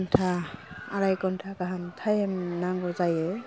दुइ घन्टा आराइ घन्टा गाहाम टाइम नांगौ जायो